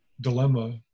dilemma